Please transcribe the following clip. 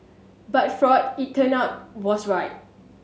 but Freud it turned out was right